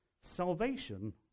salvation